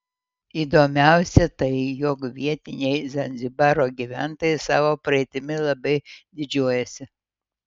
įdomiausia tai jog vietiniai zanzibaro gyventojai savo praeitimi labai didžiuojasi